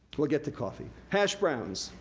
we'll get to coffee. hash browns,